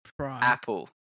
Apple